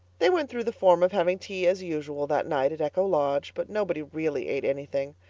they went through the form of having tea as usual that night at echo lodge but nobody really ate anything.